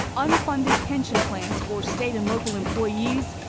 unfunded pension plans for state and local employees,